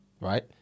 right